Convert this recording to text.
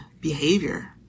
behavior